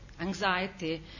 anxiety